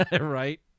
Right